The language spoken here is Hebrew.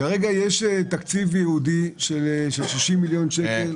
כרגע יש תקציב ייעודי של --- חברים,